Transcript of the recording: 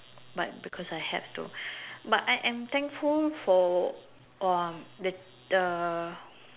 but because I have to but I am thankful for um the the